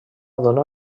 donar